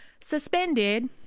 suspended